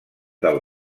del